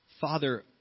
Father